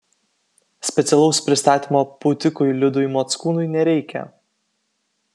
specialaus pristatymo pūtikui liudui mockūnui nereikia